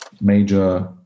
major